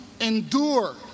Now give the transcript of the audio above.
endure